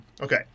Okay